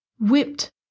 whipped